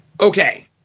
Okay